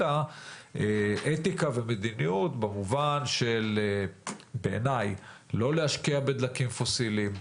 אלא אתיקה ומדיניות במובן של בעיני לא להשקיע בדלקים פוסיליים,